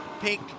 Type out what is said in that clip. pink